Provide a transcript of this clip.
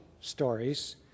stories